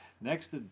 Next